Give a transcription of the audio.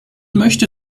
möchte